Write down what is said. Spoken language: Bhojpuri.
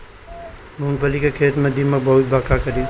मूंगफली के खेत में दीमक बहुत बा का करी?